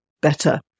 Better